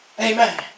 Amen